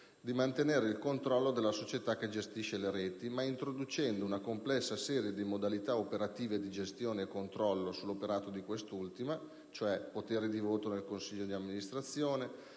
di mantenere il controllo della società che gestisce le reti, ma introducendo una complessa serie di modalità operative di gestione e controllo sull'operato di quest'ultima (poteri di voto nel consiglio di amministrazione,